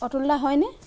অতুল দা হয়নে